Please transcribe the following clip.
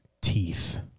teeth